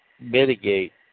mitigate